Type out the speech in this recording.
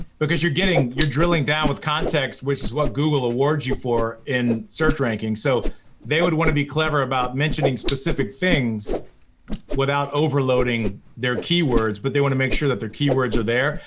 because you're getting, you're drilling down with context, which is what google awards you for in search ranking, so they would want to be clever about mentioning specific things without overloading their keywords, but they want to make sure that their keywords are there.